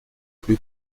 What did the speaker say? plus